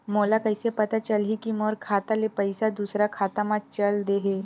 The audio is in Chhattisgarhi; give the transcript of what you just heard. मोला कइसे पता चलही कि मोर खाता ले पईसा दूसरा खाता मा चल देहे?